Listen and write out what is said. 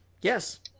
Yes